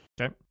Okay